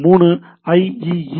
2 2